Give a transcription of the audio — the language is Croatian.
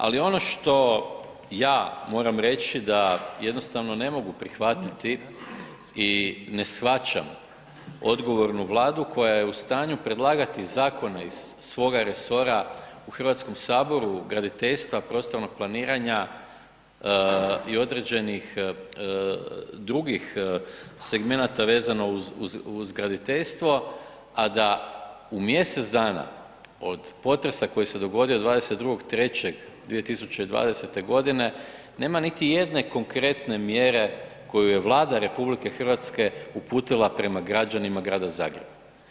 Ali ono što ja moram reći da jednostavno ne mogu prihvatiti i ne shvaćam odgovornu Vladu koja je u stanju predlagati zakone iz svoga resora u HS-u, graditeljstva, prostornog planiranja i određenih drugih segmenata vezano uz graditeljstvo, a da u mjesec dana od potresa koji se dogodio 22.3.2020. g. nema niti jedne konkretne mjere koju je Vlada RH uputila prema građanima grada Zagreba.